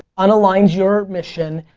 on a line's your mission,